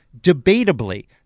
debatably